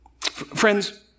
Friends